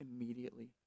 immediately